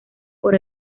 por